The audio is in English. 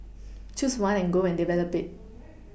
choose one and go and develop it